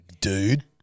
dude